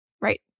right